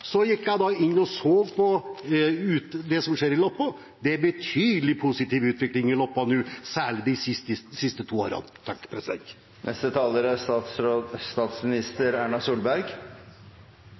så på det som skjer i Loppa, og det er betydelig positiv utvikling der nå, særlig de siste to årene. Det er